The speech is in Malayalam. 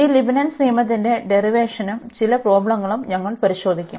ഈ ലീബ്നിറ്റ്സ് നിയമത്തിന്റെ ഡെറിവേഷനും ചില പ്രോബ്ലങ്ങളും ഞങ്ങൾ പരിശോധിക്കും